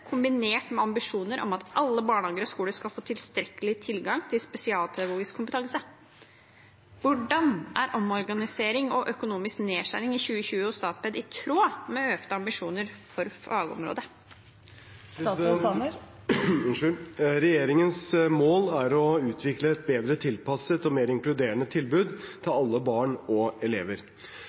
kombinert med ambisjoner om at alle barnehager og skoler skal få tilstrekkelig tilgang til spesialpedagogisk kompetanse. Hvordan er omorganisering og økonomisk nedskjæring i 2020 hos Statped i tråd med økte ambisjoner for fagområdet?» Regjeringens mål er å utvikle et bedre tilpasset og mer inkluderende tilbud til alle barn og elever.